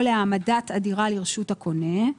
או להעמדת הדירה לרשות הקונה,